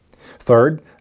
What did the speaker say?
Third